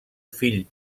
fill